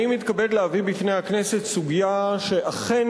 אני מתכבד להביא בפני הכנסת סוגיה שאכן